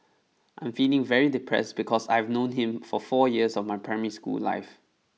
I'm feeling very depressed because I've known him for four years of my primary school life